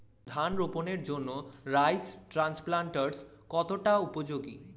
ধান রোপণের জন্য রাইস ট্রান্সপ্লান্টারস্ কতটা উপযোগী?